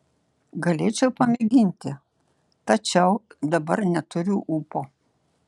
galėčiau pamėginti tačiau dabar neturiu ūpo